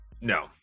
no